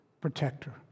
protector